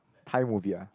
Thai movie ah